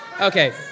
Okay